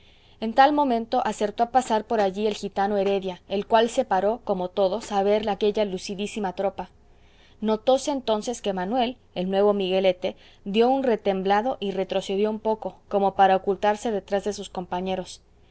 en tal momento acertó a pasar por allí el gitano heredia el cual se paró como todos a ver aquella lucidísima tropa notóse entonces que manuel el nuevo miguelete dió un retemblido y retrocedió un poco como para ocultarse detrás de sus compañeros